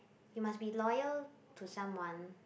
you must be loyal to someone